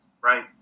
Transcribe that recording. Right